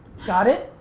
got it?